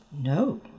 no